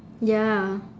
ya